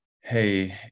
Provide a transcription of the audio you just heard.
Hey